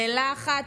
בלחץ,